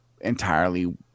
entirely